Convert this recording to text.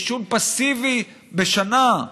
מעישון פסיבי בשנה.